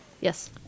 Yes